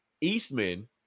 Eastman